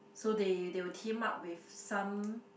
so they they will team up with some